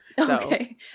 Okay